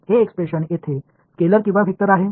हे एक्सप्रेशन येथे स्केलर किंवा वेक्टर आहे